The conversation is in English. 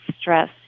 stress